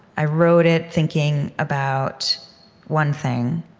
i wrote it thinking about one thing.